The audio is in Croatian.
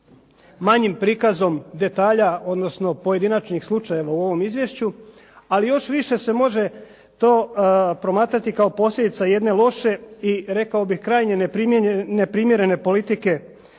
manjim prikazom detalja odnosno pojedinačnih slučajeva u ovom izvješću. Ali još više se može to promatrati kao posljedica jedne loše i rekao bih krajnje neprimjerene politike